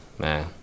man